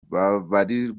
babarizwa